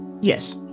Yes